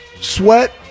Sweat